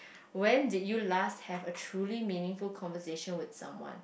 when did you last have a truly meaningful conversation with someone